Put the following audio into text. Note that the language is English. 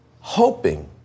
hoping